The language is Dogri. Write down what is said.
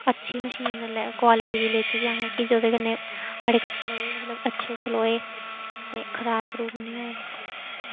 अच्छी मशीन क्वालिटी दी लैती दी अहें कि जेह्दे कन्नै साढ़े कपड़े मतलब अच्छे सलोए ते खराब खरूब निं होए